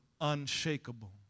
unshakable